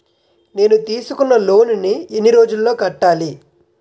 నేను తీసుకున్న లోన్ నీ ఎన్ని రోజుల్లో కట్టాలి?